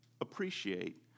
appreciate